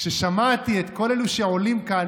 כששמעתי את כל אלה שעולים כאן,